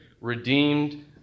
redeemed